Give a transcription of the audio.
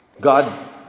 God